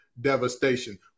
devastation